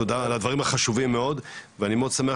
תודה על הדברים החשובים מאוד ואני מאוד שמח